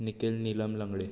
Nikhil Nilam Langde